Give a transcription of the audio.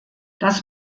das